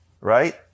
right